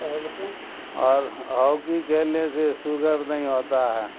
اور ہاکی کھیلنے سے سوگر نہیں ہوتا ہے